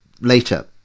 later